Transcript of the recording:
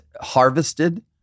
harvested